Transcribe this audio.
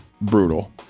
brutal